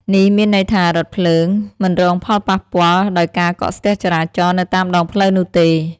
នេះមានន័យថា រថភ្លើង មិនរងផលប៉ះពាល់ដោយការកកស្ទះចរាចរណ៍ នៅតាមដងផ្លូវនោះទេ។